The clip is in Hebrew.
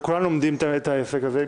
וכולם לומדים את העסק הזה,